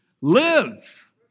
live